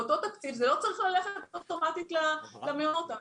זה לא צריך ללכת אוטומטית למעונות.